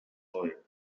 lawyer